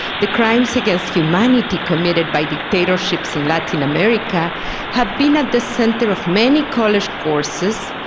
the crimes against humanity committed by dictatorships in latin america have been at the center of many college courses,